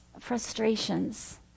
frustrations